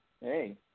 Hey